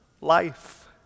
life